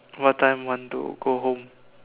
what time want to go home